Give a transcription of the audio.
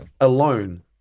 alone